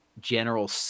general